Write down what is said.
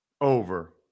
over